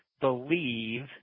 believe